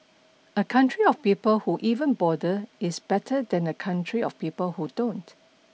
a country of people who even bother is better than a country of people who don't